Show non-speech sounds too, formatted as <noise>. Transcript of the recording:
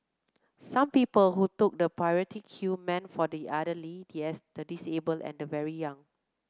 some people who took the priority queue meant for the elderly <unintelligible> the disabled and the very young